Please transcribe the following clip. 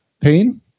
Pain